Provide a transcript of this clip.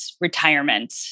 retirement